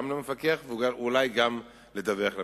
גם למפקח ואולי גם לדווח למשטרה.